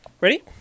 ready